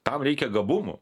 tam reikia gabumų